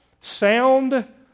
sound